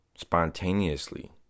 spontaneously